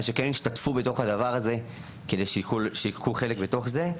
אז שכן ישתתפו בתוך הדבר הזה כדי שייקחו חלק בתוך זה.